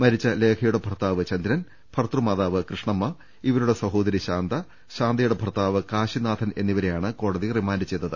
മരിച്ച ലേഖയുടെ ഭർത്താവ് ചന്ദ്രൻ ഭർതൃമാതാവ് കൃഷ്ണമ്മ ഇവരുടെ സഹോദരി ശാന്ത ശാന്തയുടെ ഭർത്താവ് കാശിനാഥൻ എന്നിവ രെയാണ് കോടതി റിമാൻഡ് ചെയ്തത്